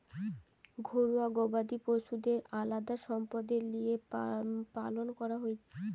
ঘরুয়া গবাদি পশুদের আলদা সম্পদের লিগে পালন করা হতিছে